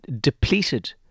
depleted